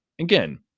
again